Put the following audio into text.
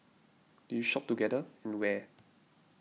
do you shop together and where